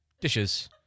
dishes